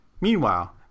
Meanwhile